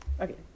Okay